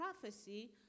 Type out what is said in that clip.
prophecy